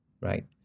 right